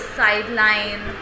sideline